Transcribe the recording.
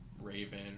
Raven